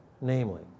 namely